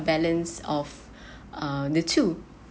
balance of uh the two